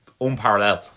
unparalleled